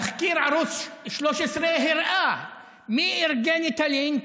תחקיר ערוץ 13 הראה מי ארגן את הלינץ',